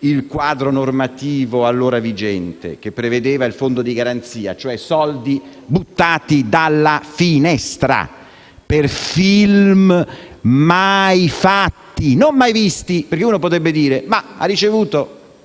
il quadro normativo allora vigente, che prevedeva il fondo di garanzia, cioè soldi buttati dalla finestra per film mai fatti, non mai visti. Qualcuno, infatti, potrebbe sostenere che una